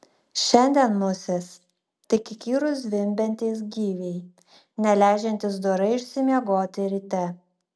šiandien musės tik įkyrūs zvimbiantys gyviai neleidžiantys dorai išsimiegoti ryte